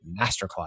Masterclass